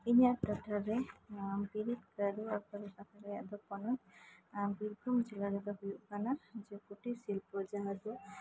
ᱤᱧᱟᱹᱜ ᱴᱚᱴᱷᱟᱨᱮ ᱵᱤᱨᱤᱫ ᱠᱟᱹᱨᱤ ᱞᱮᱠᱟᱛᱮᱫᱚ ᱵᱤᱨᱵᱷᱩᱢ ᱡᱮᱞᱟ ᱨᱮᱫᱚ ᱦᱩᱭᱩᱜ ᱠᱟᱱᱟ ᱡᱮ ᱠᱩᱴᱤᱨ ᱥᱤᱞᱯᱚ ᱡᱟᱦᱟᱸ ᱫᱚ